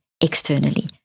externally